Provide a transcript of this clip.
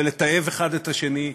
בלתעב אחד את השני,